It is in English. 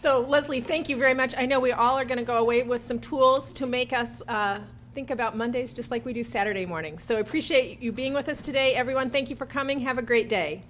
leslie thank you very much i know we all are going to go away with some tools to make us think about mondays just like we do saturday morning so we appreciate you being with us today everyone thank you for coming have a great day